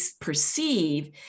perceive